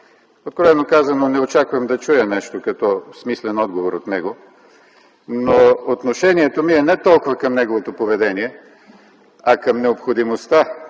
Откровено казано, не очаквам да чуя нещо като смислен отговор от него. Но отношението ми е не толкова към неговото поведение, а към необходимостта